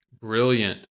Brilliant